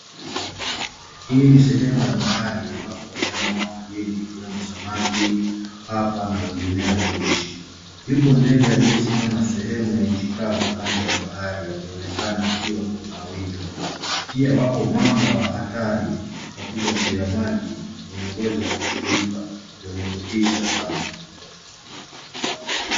Hii ni sehemu ya bahari ambapo wanyama wa majini ikiwemo: samaki, papa na wengineo huishi. Yupo ndege aliyesimama sehemu ya nchi kavu kando ya bahari akionekana akiwa kwenye mawindo. Pia wapo mamba hatari wakubwa juu ya maji wenye ngozi ya kuchujuka wenye kutisha sana.